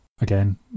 again